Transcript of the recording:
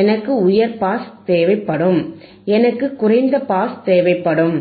எனக்கு உயர் பாஸ் தேவைப்படும் எனக்கு குறைந்த பாஸ் தேவைப்படும்